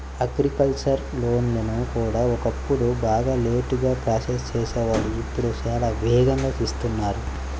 agricultural లోన్లు కూడా ఒకప్పుడు బాగా లేటుగా ప్రాసెస్ చేసేవాళ్ళు ఇప్పుడు చాలా వేగంగా ఇస్తున్నారు